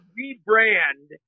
rebrand